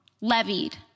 levied